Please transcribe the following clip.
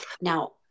now